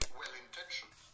well-intentioned